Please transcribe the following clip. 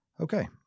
Okay